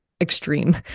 extreme